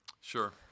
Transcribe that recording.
Sure